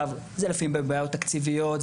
לפעמים זה בעיות תקציביות,